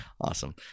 Awesome